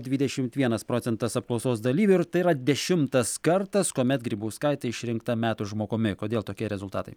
dvidešimt vienas procentas apklausos dalyvių ir tai yra dešimtas kartas kuomet grybauskaitė išrinkta metų žmogumi kodėl tokie rezultatai